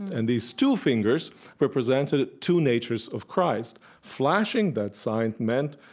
and these two fingers represented two natures of christ. flashing that sign meant,